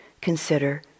consider